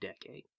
decade